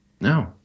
No